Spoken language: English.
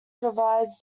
provides